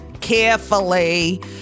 carefully